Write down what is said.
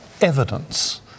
evidence